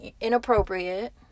inappropriate